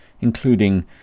including